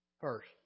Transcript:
First